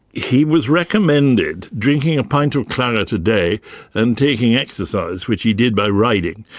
he was recommended drinking a pint of claret a day and taking exercise, which he did by riding.